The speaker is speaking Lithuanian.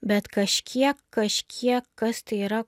bet kažkiek kažkiek kas tai yra